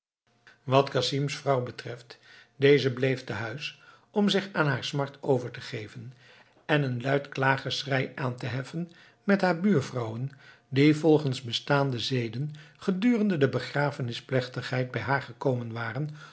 wat casim's vrouw betreft deze bleef te huis om zich aan haar smart over te geven en een luid klaaggeschrei aan te heffen met haar buurvrouwen die volgens bestaande zeden gedurende de begrafenisplechtigheid bij haar gekomen waren